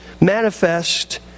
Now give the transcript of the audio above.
manifest